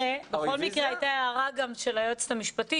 הייתה הערה של היועצת המשפטית